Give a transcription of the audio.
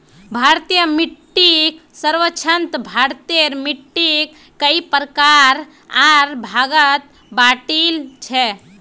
भारतीय मिट्टीक सर्वेक्षणत भारतेर मिट्टिक कई प्रकार आर भागत बांटील छे